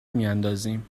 میاندازیم